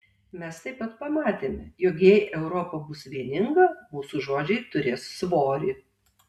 mes taip pat pamatėme jog jei europa bus vieninga mūsų žodžiai turės svorį